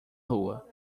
rua